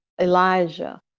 elijah